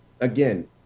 again